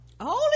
Holy